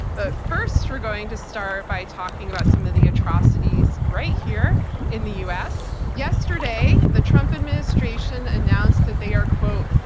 but first we're going to start by talking about some of the atrocities right here in the us. yesterday, the trump administration announced that they are, quote,